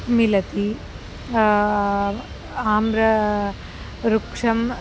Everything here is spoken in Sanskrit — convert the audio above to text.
मिलति आम्रवृक्षं